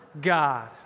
God